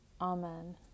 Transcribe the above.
Amen